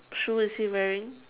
shoe is he wearing